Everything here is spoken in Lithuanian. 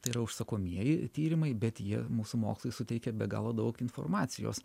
tai yra užsakomieji tyrimai bet jie mūsų mokslui suteikia be galo daug informacijos